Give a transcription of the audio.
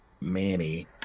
manny